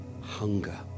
Hunger